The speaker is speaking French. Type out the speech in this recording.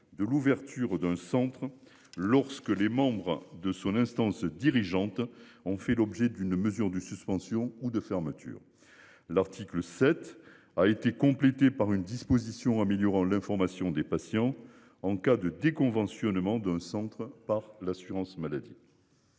de l'ouverture d'un centre lorsque les membres de son instance dirigeante ont fait l'objet d'une mesure de suspension ou de fermeture. L'article 7 a été complétée par une disposition améliorant l'information des patients en cas de déconventionnement d'un centre par l'assurance maladie.